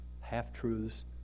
half-truths